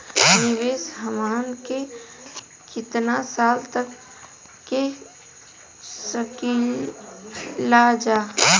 निवेश हमहन के कितना साल तक के सकीलाजा?